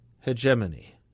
hegemony